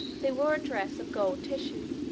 they wore a dress of gold tissue,